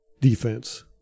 defense